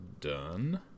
done